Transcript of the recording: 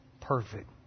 perfect